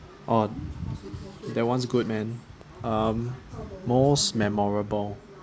oh that one's good man um most memorable